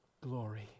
glory